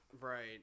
Right